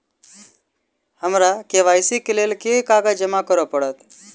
हमरा के.वाई.सी केँ लेल केँ कागज जमा करऽ पड़त?